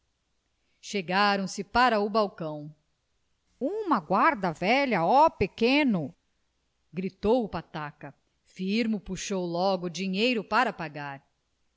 vá lá chegaram se para o balcão uma guarda-velha ó pequeno gritou o pataca firmo puxou logo dinheiro para pagar